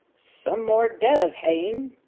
some more dev, hein?